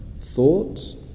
thoughts